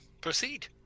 proceed